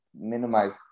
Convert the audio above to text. minimize